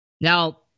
Now